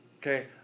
Okay